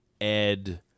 Ed